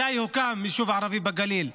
מתי הוקם יישוב ערבי בגליל?